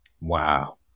Wow